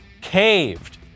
caved